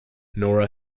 nora